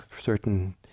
certain